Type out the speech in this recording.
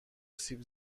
سیب